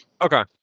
okay